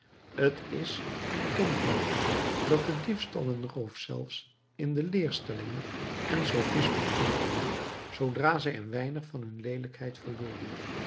t is een kenteeken dat de diefstal en roof zelfs in de leerstellingen en sofismen indrongen zoodra zij een weinig van hun leelijkheid verloren